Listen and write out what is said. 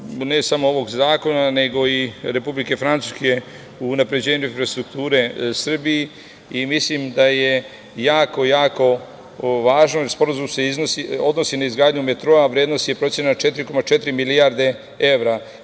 ne samo ovog zakona, nego i Republike Francuske u unapređenju infrastrukture u Srbiji. Mislim da je jako, jako važan. Sporazum se odnosi na izgradnju metroa. Procenjena vrednost je 4,4 milijarde evra.